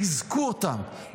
חיזקו אותם,